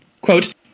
Quote